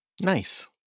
Nice